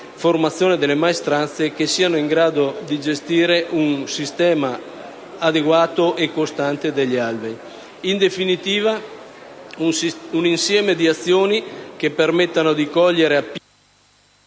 formazione delle maestranze, che siano in grado di gestire un sistema adeguato e costante degli alvei. In definitiva, si tratta di un insieme di azioni che permettano di cogliere appieno